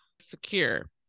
secure